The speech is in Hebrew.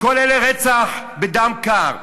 כל אלה, רצח בדם קר.